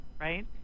right